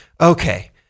okay